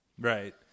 Right